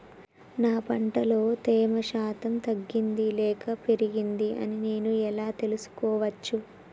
నా పంట లో తేమ శాతం తగ్గింది లేక పెరిగింది అని నేను ఎలా తెలుసుకోవచ్చు?